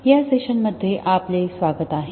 या सेशनमध्ये आपले स्वागत आहे